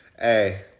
hey